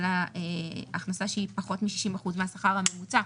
ההכנסה שהיא פחות מ-60% מהשכר הממוצע,